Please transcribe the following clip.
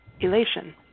elation